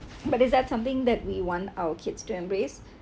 but it's that something that we want our kids to embrace